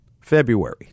February